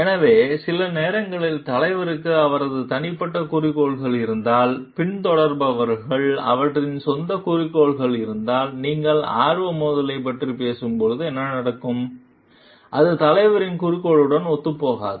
எனவே சில நேரங்களில் தலைவருக்கு அவரது தனிப்பட்ட குறிக்கோள்கள் இருந்தால் பின்தொடர்பவர்களுக்கு அவற்றின் சொந்த குறிக்கோள்கள் இருந்தால் நீங்கள் ஆர்வ மோதலைப் பற்றி பேசும்போது என்ன நடக்கும் இது தலைவரின் குறிக்கோளுடன் ஒத்துப்போகாது